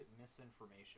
misinformation